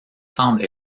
semble